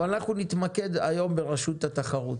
אבל אנחנו נתמקד היום ברשות התחרות